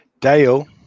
Dale